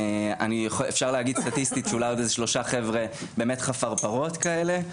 אפשר להגיד סטטיסטית שאולי עוד שלושה חבר'ה באמת חפרפרות כאלה,